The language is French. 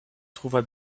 trouva